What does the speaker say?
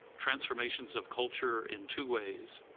transformations of culture in two ways.